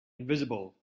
invisible